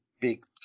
big